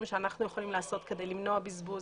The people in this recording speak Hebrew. שאנחנו יכולים לעשות כדי למנוע בזבוז,